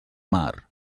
mar